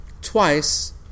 Twice